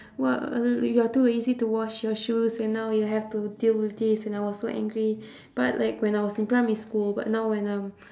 what you are too lazy to wash your shoes and now you have to deal with this and I was so angry but like when I was in primary school but now when I'm